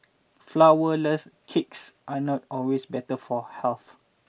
flourless cakes are not always better for health